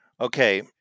Okay